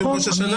אם לא בראש השנה,